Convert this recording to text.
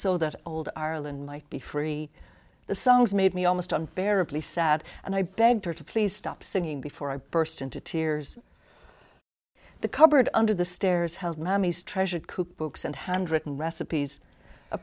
so that old ireland might be free the songs made me almost unbearably sad and i begged her to please stop singing before i burst into tears the cupboard under the stairs held mammy's treasured cooper books and handwritten recipes a